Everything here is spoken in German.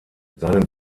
seinen